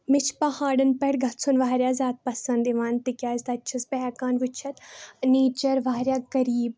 مےٚ چھُ پَہاڑن پٮ۪ٹھ گژھُن واریاہ زِیادٕ پَسنٛد یِوان تِکیازِ تتہِ چھس بہٕ ہیٚکان وٕچھِتھ نیچر واریاہ قریٖب